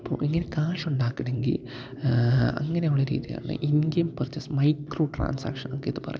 അപ്പോള് ഇങ്ങനെ കാഷ് ഉണ്ടാക്കുകയാണെങ്കില് അങ്ങനെയുള്ള രീതിയാണ് എന്ഡ്ഗേം പർച്ചേസ് മൈക്രോ ട്രാൻസാക്ഷനെന്നൊക്കെ പറയാം